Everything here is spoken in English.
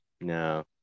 no